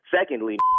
Secondly